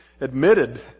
admitted